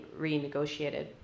renegotiated